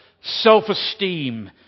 self-esteem